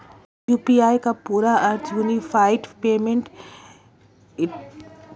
UPI का पूरा अर्थ यूनिफाइड पेमेंट इंटरफ़ेस है